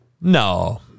No